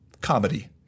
comedy